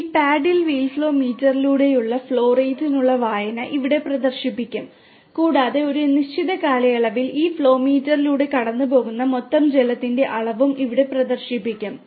ഈ paddle wheel flow മീറ്ററിലൂടെയുള്ള flow റേറ്റിനുള്ള വായന ഇവിടെ പ്രദർശിപ്പിക്കും കൂടാതെ ഒരു നിശ്ചിത കാലയളവിൽ ഈ ഫ്ലോ മീറ്ററിലൂടെ കടന്നുപോകുന്ന മൊത്തം ജലത്തിന്റെ അളവും ഇവിടെ പ്രദർശിപ്പിക്കും